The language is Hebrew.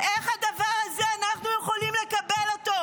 איך אנחנו יכולים לקבל את הדבר הזה?